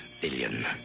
billion